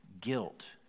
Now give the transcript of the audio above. guilt